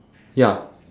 ya